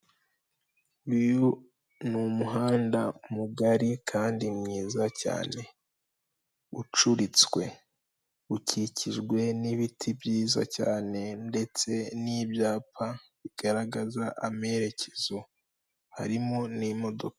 Uyu ni umuhanda mugari kandi mwiza cyane ucuritswe ukikijwe n'ibiti byiza cyane ndetse n'ibyapa bigaragaza amerekezo harimo n'imodoka.